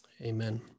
Amen